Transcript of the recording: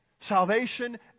Salvation